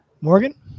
Morgan